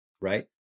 right